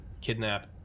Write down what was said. kidnap